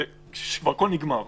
שהכול כבר נגמר.